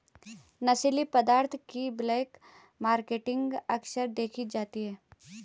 नशीली पदार्थों की ब्लैक मार्केटिंग अक्सर देखी जाती है